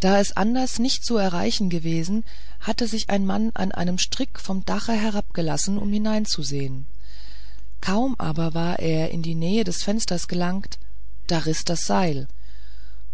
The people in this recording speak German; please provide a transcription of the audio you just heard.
da es anders nicht zu erreichen gewesen hatte sich ein mann an einem strick vom dache herabgelassen um hineinzusehen kaum aber war er in die nähe des fensters gelangt da riß das seil